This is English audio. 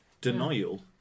denial